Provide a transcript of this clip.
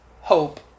hope